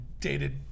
dated